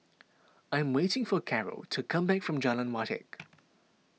I am waiting for Caro to come back from Jalan Wajek